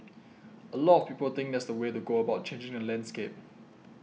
a lot of people think that that's the way to go about changing the landscape